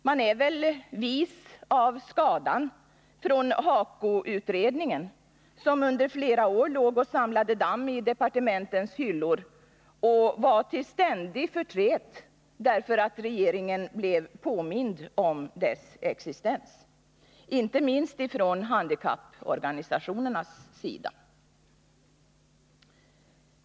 Man är väl vis av skadan från HAKO-utredningen, som under flera år låg och samlade damm i departementens hyllor och var till ständig förtret, därför att regeringen blev påmind om dess existens, inte minst från handikapporganisationernas sida.